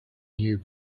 new